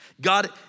God